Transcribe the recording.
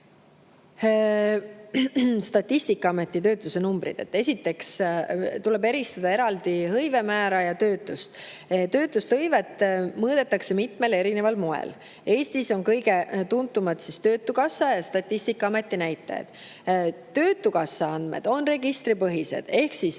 Statistikaameti töötuse numbrite kohta. Esiteks, tuleb eristada eraldi hõive määra ja töötust. Töötust ja hõivet mõõdetakse mitmel erineval moel. Eestis on kõige tuntumad töötukassa ja Statistikaameti näitajad. Töötukassa andmed on registripõhised ehk siis